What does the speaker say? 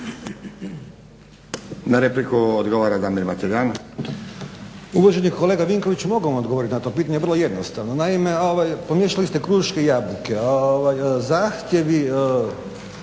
Na repliku odgovara Damir Mateljan. **Mateljan, Damir (SDP)** Uvaženi kolega Vinković, mogu vam odgovorit na to pitanje vrlo jednostavno. Naime, pomiješali ste kruške i jabuke. Zahtjevi